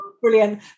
Brilliant